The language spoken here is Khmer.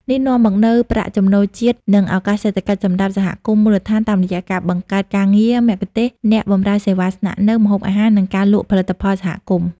នេះនាំមកនូវប្រាក់ចំណូលជាតិ និងឱកាសសេដ្ឋកិច្ចសម្រាប់សហគមន៍មូលដ្ឋាន តាមរយៈការបង្កើតការងារ មគ្គុទ្ទេសក៍ អ្នកបម្រើសេវាស្នាក់នៅ ម្ហូបអាហារ និងការលក់ផលិតផលសហគមន៍។